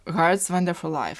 harts vonderful laif